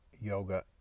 yoga